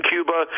Cuba